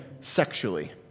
sexually